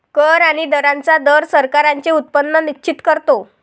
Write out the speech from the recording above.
कर आणि दरांचा दर सरकारांचे उत्पन्न निश्चित करतो